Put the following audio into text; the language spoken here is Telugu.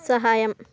సహాయం